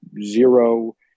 zero